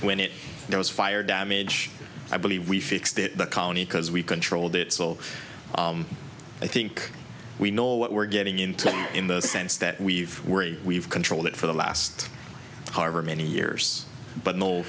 when it there was fire damage i believe we fixed it the county because we controlled it so i think we know what we're getting into in the sense that we've we've controlled it for the last however many years but no